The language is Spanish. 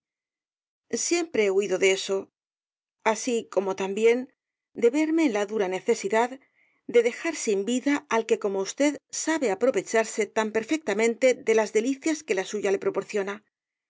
siempre he huido de eso así como también de verme en la dura necesidad de dejar sin vida al que como usted sabe aprovecharse tan perfectamente de las delicias que la suya le proporciona